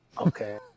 Okay